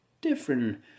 different